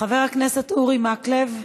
חבר הכנסת אורי מקלב.